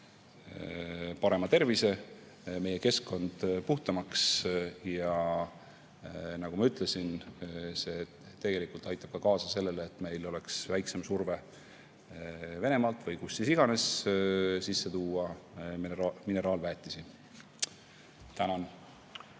parema tervise, meie keskkond saab puhtamaks, ja nagu ma ütlesin, see aitab kaasa sellele, et meil oleks väiksem surve Venemaalt või kust iganes sisse tuua mineraalväetisi. Tänan!